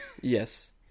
Yes